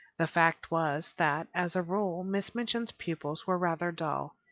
the fact was that, as a rule, miss minchin's pupils were rather dull,